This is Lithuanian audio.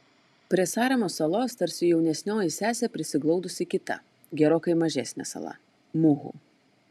prie saremos salos tarsi jaunesnioji sesė prisiglaudusi kita gerokai mažesnė sala muhu